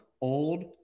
old